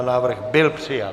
Návrh byl přijat.